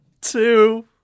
two